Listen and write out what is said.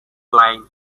line